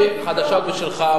יש לי חדשות בשבילך,